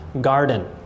garden